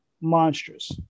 monstrous